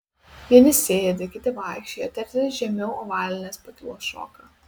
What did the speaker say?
vieni sėdi kiti vaikščioja treti žemiau ovalinės pakylos šoka